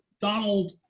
Donald